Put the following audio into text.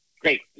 Great